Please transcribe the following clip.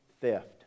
theft